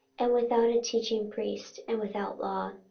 and without a teaching priest, and without law.